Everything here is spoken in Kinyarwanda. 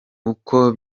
uko